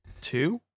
Two